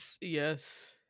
Yes